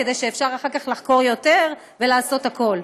כדי שאפשר אחר כך לחקור יותר ולעשות הכול.